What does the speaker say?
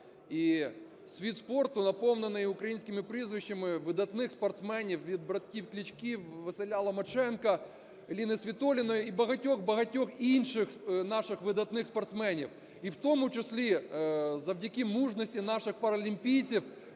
світ спорту наповнений українськими прізвищами видатних спортсменів від братів Кличків, Василя Ломаченка, Еліни Світоліної і багатьох-багатьох інших наших видатних спортсменів. І в тому числі завдяки мужності наших паралімпійців